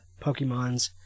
Pokemons